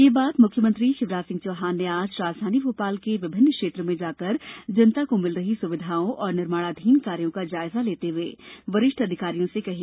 ये बात मुख्यमंत्री शिवराज सिंह चौहान ने आज राजधानी भोपाल के विभिन्न क्षेत्र में जाकर जनता को मिल रही सुविधाओं और निर्माणाधीन कार्यों का जायजा लेते हुए वरिष्ठ अधिकारियों से कही